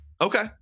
Okay